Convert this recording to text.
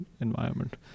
environment